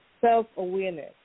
self-awareness